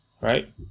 Right